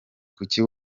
kuki